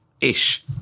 Ish